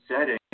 setting